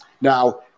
Now